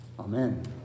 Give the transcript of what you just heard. Amen